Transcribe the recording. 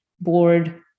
board